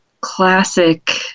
Classic